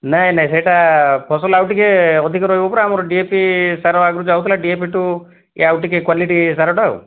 ନାଇଁ ନାଇଁ ସେଇଟା ଫସଲ ଆଉ ଟିକିଏ ଅଧିକ ରହିବ ପରା ଆମର ଡି ଏ ପି ସାର ଆଗରୁ ଯାଉଥିଲା ଡିଏପିଠୁ ଇଏ ଆଉ ଟିକିଏ କ୍ଵାଲିଟି ସାରଟା ଆଉ